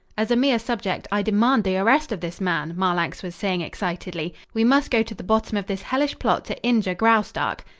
as a mere subject, i demand the arrest of this man, marlanx was saying excitedly. we must go to the bottom of this hellish plot to injure graustark.